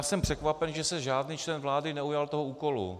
Jsem překvapen, že se žádný člen vlády neujal toho úkolu.